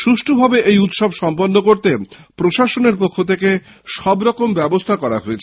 সৃষ্ঠভাবে উৎসব সম্পন্ন করতে প্রশাসনের পক্ষ থেকে সবরকম ব্যবস্থা নেওয়া হয়েছে